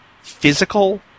physical